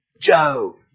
Joe